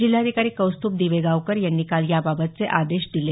जिल्हाधिकारी कौस्तुभ दिवेगावकर यांनी काल याबाबतचे आदेश दिले